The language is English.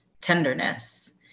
tenderness